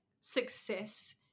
success